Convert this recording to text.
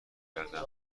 گردم